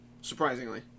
Surprisingly